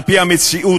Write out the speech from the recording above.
על-פי המציאות,